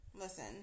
Listen